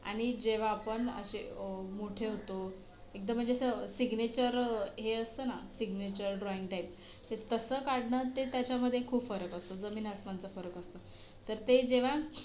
आणि जेव्हा आपण असे मोठे होतो एकदा म्हणजे असं सिग्नेचर हे असतं ना सिग्नेचर ड्रॉईंग टाईप ते तसं काढणं ते त्याच्यामध्ये खूप फरक असतो जमीन अस्मानाचा फरक असतो तर ते जेव्हा